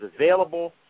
available